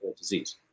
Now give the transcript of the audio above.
disease